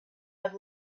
had